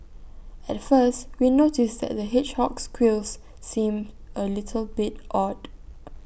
at first we noticed that the hedgehog's quills seemed A little bit odd